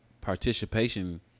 participation